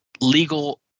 legal